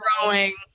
Growing